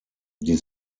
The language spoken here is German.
die